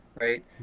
right